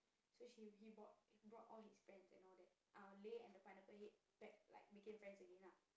so she he brought brought all his friends and all that ah Lei and the Pineapple Head back like became friends again lah